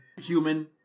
human